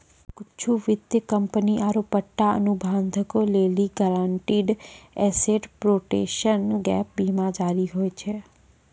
कुछु वित्तीय कंपनी आरु पट्टा अनुबंधो लेली गारंटीड एसेट प्रोटेक्शन गैप बीमा जरुरी होय छै